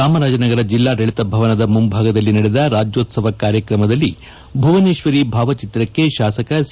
ಚಾಮರಾಜನಗರ ಜಿಲ್ಲಾಡಳಿತ ಭವನದ ಮುಂಭಾಗದಲ್ಲಿ ನಡೆದ ರಾಜ್ಜೋತ್ಸವ ಕಾರ್ಯಕ್ರಮದಲ್ಲಿ ಭುವನೇತ್ವರಿ ಭಾವಚಿತ್ರಕ್ಷೆ ಶಾಸಕ ಸಿ